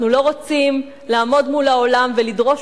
אנחנו לא רוצים לעמוד מול העולם ולדרוש